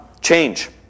change